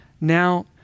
now